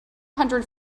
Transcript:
hundred